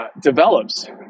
Develops